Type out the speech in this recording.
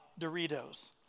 Doritos